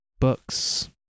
books